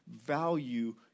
value